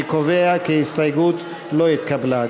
אני קובע כי ההסתייגות לא התקבלה.